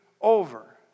over